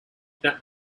that